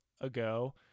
ago